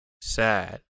sad